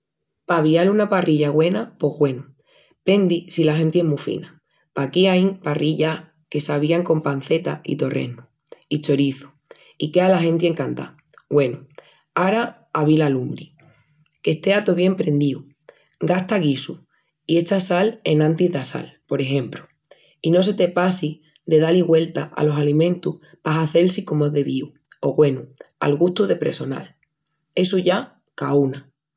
Pa avial una parrillá güena, pos, güenu, pendi si la genti es mu fina. Paquí ain parrillás que s'avían con panceta i torresnus i choriçu i quea la genti encantá. Güenu, ara aví la lumbri, qu'estea tó bien prendíu. Gasta guisus i echa sal enantis d'assal, por exempru. I no se te passi de da-li güeltas alos alimentus pa hazel-si comu es devíu o, güenu, al gustu del pressonal. Essu ya caúna!